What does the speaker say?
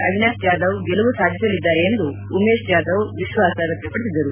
ಅವಿನಾಶ್ ಜಾಧವ್ ಗೆಲುವು ಸಾಧಿಸಲಿದ್ದಾರೆ ಎಂದು ಉಮೇಶ್ ಜಾಧವ್ ವಿಶ್ವಾಸ ವ್ಯಕ್ತಪಡಿಸಿದರು